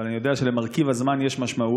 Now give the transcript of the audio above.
אבל אני יודע שלמרכיב הזמן יש משמעות,